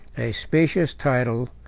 a specious title,